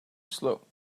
slow